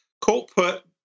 corporate